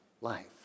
life